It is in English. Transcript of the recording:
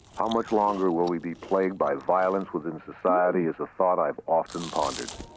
how much longer will we be plagued by violence within society is a thought i've often pondered.